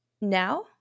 now